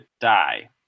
die